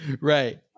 right